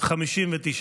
הוועדה, נתקבל.